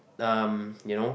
um you know